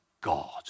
God